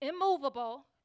immovable